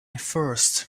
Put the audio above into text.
first